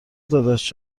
داداش